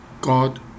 god